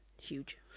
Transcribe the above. Huge